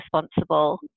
responsible